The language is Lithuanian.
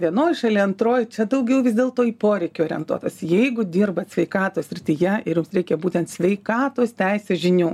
vienoj šaly antroj čia daugiau vis dėlto į poreikį orientuotas jeigu dirbat sveikatos srityje ir jums reikia būtent sveikatos teisės žinių